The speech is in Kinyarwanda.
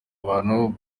abantu